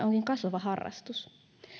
onkin kasvava harrastus